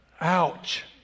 Ouch